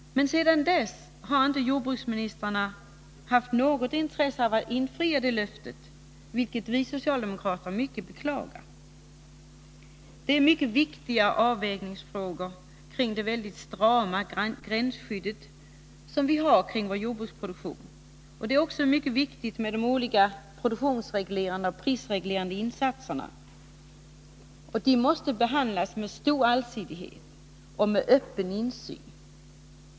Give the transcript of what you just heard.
Men sedan dess har inte jordbruksministrarna haft något intresse av att infria det löftet, vilket vi socialdemokrater mycket beklagar. De mycket viktiga avvägningsfrågorna om det mycket strama gränsskyddet kring vår jordbruksproduktion samt de olika produktionsoch prisreglerande insatserna måste behandlas med stor allsidighet och med öppen insyn.